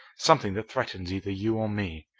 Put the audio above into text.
something that threatens either you or me.